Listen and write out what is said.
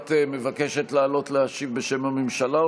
את מבקשת לעלות להשיב בשם הממשלה,